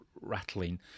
rattling